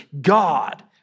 God